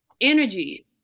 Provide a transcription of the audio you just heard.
energy